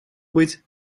быть